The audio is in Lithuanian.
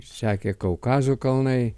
sekė kaukazo kalnai